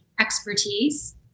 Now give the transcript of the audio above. expertise